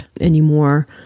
anymore